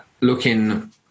looking